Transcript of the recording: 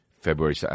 February